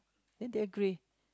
then they agree